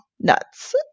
nuts